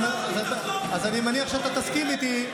אז אני מניח שאתה תסכים איתי,